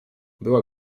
była